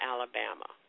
Alabama